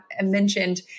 mentioned